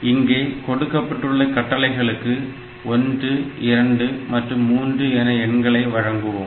இங்கே கொடுக்கப்பட்டுள்ள கட்டளைகளுக்கு 1 2 மற்றும் 3 என எண்களை வழங்குவோம்